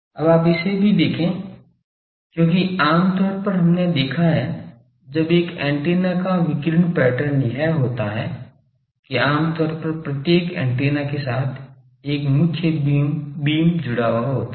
अब आप इसे भी देखें क्योंकि आम तौर पर हमने देखा है जब एक एंटीना का विकिरण पैटर्न यह होता है कि आमतौर पर प्रत्येक एंटीना के साथ एक मुख्य बीम जुड़ा होता है